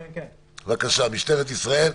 בבקשה, משטרת ישראל.